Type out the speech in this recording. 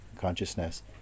consciousness